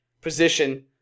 position